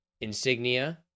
Insignia